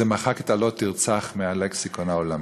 זה מחק את ה"לא תרצח" מהלקסיקון העולמי.